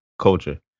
culture